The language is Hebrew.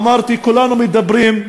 אמרתי, כולנו מדברים,